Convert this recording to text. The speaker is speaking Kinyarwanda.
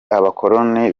abakoloni